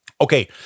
Okay